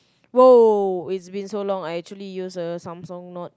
!woah! it's been so long I actually used a Samsung Note